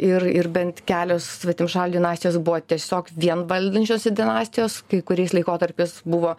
ir ir bent kelios svetimšalių dinastijos buvo tiesiog vien valdančiosios dinastijos kai kuriais laikotarpis buvo